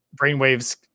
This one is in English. Brainwave's